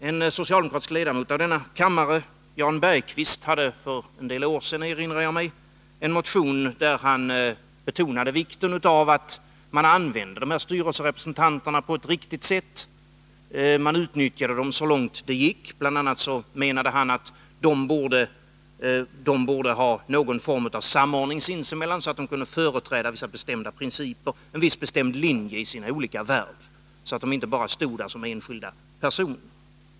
En socialdemokratisk ledamot av denna kammare, Jan Bergqvist, hade för en del år sedan en motion där han betonade vikten av att man använder offentliga styrelserepresentanter på ett riktigt sätt. Man utnyttjade dem så långt det gick. Bl. a. menade han att de borde ha någon form av samordning sins emellan, så att de kunde företräda bestämda principer och en viss bestämd linje i sina olika värv och inte bara stå där som enskilda personer.